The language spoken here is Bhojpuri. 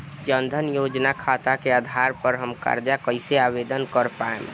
जन धन योजना खाता के आधार पर हम कर्जा कईसे आवेदन कर पाएम?